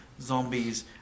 zombies